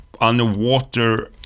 underwater